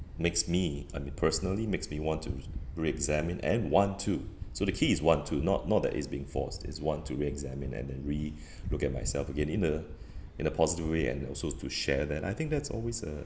makes me I mean personally makes me want to reexamine and want to so the key is want to not not that is being forced is want to reexamine and then relook at myself again in a in a positive way and also to share that I think that's always a